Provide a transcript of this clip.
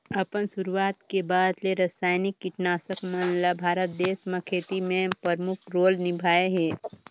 अपन शुरुआत के बाद ले रसायनिक कीटनाशक मन ल भारत देश म खेती में प्रमुख रोल निभाए हे